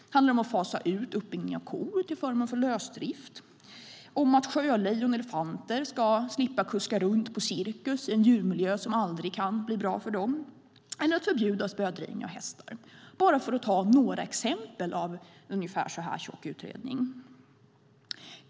Det handlar om att fasa ut uppbindning av kor till förmån för lösdrift, att sjölejon och elefanter ska slippa kuska runt på cirkus i en djurmiljö som aldrig kan bli bra för dem eller att förbjuda spödrivning av hästar, bara för att ta några exempel i en tjock utredning.